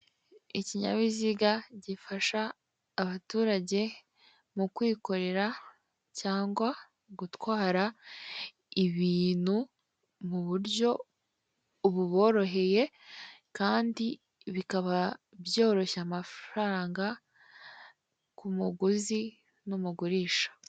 Ikinyabiziga gifasha abaturage mu kwikorera cyangwa gutwara ibintu mu buryo buboroheye kandi bikaba byoroshya amafaranga k'umuguzi n'umugurisha.